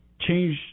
change